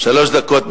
שלוש דקות.